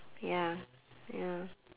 ya ya